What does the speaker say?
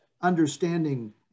understanding